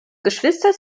geschwister